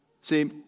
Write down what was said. See